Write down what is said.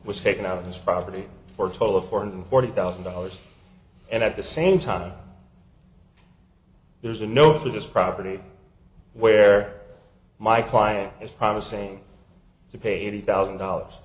was taken out of his property for total of four hundred forty thousand dollars and at the same time there's a note for this property where my client is promising to pay eighty thousand dollars